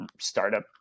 startup